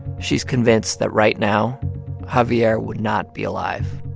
she's convinced that right now javier would not be alive,